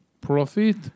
Profit